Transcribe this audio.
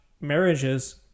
marriages